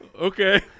Okay